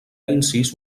incís